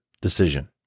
decision